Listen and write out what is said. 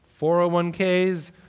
401ks